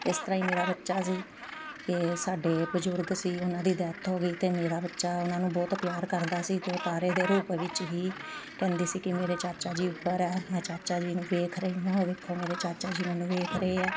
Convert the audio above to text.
ਇਸ ਤਰ੍ਹਾਂ ਹੀ ਮੇਰਾ ਬੱਚਾ ਸੀ ਇਹ ਸਾਡੇ ਬਜ਼ੁਰਗ ਸੀ ਉਹਨਾਂ ਦੀ ਡੈਥ ਹੋ ਗਈ ਅਤੇ ਮੇਰਾ ਬੱਚਾ ਉਹਨਾਂ ਨੂੰ ਬਹੁਤ ਪਿਆਰ ਕਰਦਾ ਸੀ ਅਤੇ ਉਹ ਤਾਰੇ ਦੇ ਰੂਪ ਵਿੱਚ ਹੀ ਕਹਿੰਦੀ ਸੀ ਕਿ ਮੇਰੇ ਚਾਚਾ ਜੀ ਉੱਪਰ ਹੈ ਮੈਂ ਚਾਚਾ ਜੀ ਨੂੰ ਵੇਖ ਰਹੀ ਹਾਂ ਉਹ ਵੇਖੋ ਮੇਰੇ ਚਾਚਾ ਜੀ ਮੈਨੂੰ ਵੇਖ ਰਹੇ ਆ